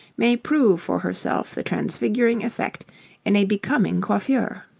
may prove for herself the transfiguring effect in a becoming coiffure.